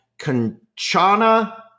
Kanchana